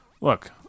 look